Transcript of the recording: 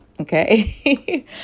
Okay